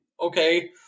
okay